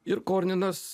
ir korninas